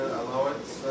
allowance